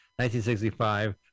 1965